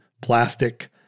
plastic